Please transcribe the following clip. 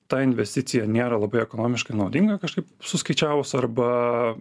ta investicija nėra labai ekonomiškai naudinga kažkaip suskaičiavus arba